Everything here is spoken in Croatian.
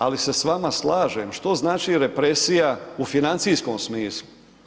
Ali se s vama slažem što znači represija u financijskom smislu.